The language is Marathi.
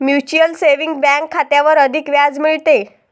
म्यूचुअल सेविंग बँक खात्यावर अधिक व्याज मिळते